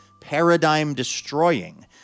paradigm-destroying